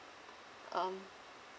um